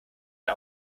der